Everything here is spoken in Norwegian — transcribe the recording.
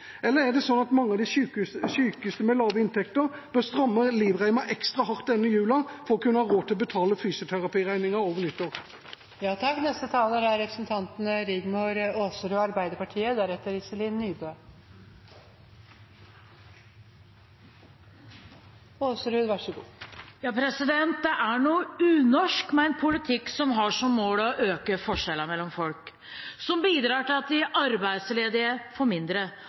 eller er det bare tom retorikk for å slippe unna en vanskelig sak? Eller er det sånn at mange av de sykeste med lave inntekter bør stramme inn livreima ekstra hardt denne jula for å kunne ha råd til å betale fysioterapiregninger over nyttår? Det er noe unorsk med en politikk som har som mål å øke forskjellene mellom folk, som bidrar til at de arbeidsledige får mindre